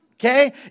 Okay